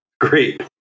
great